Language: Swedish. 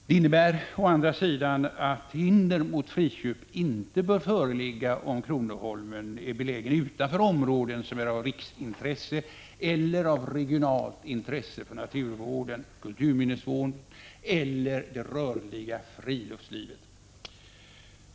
Det innebär å andra sidan att hinder mot friköp inte bör föreligga om kronoholmen är belägen utanför områden som är av riksintresse eller av regionalt intresse för naturvården, kulturminnesvården eller det rörliga friluftslivet.